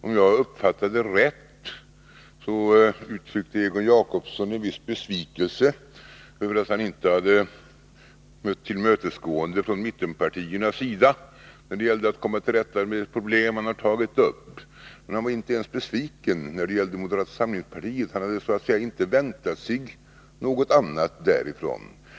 Om jag uppfattade rätt, så uttryckte Egon Jacobsson en viss besvikelse över att han inte hade visats tillmötesgående från mittenpartiernas sida när det gällde att komma till rätta med ett problem som han tagit upp. Han var inte ens besviken när det gällde moderata samlingspartiet; han hade så att säga inte väntat sig något annat därifrån.